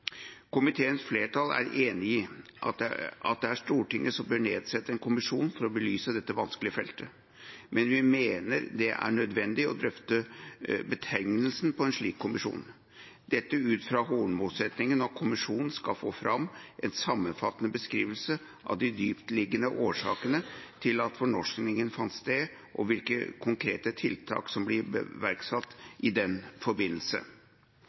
Komiteens flertall er enig i at det er Stortinget som bør nedsette en kommisjon, for å belyse dette vanskelige feltet. Men vi mener det er nødvendig å drøfte betegnelsen på en slik kommisjon – dette ut fra hovedmålsettingen om at kommisjonen skal få fram en sammenfattende beskrivelse av de dyptliggende årsakene til at fornorskingen fant sted, og hvilke konkrete tiltak som ble iverksatt i den forbindelse.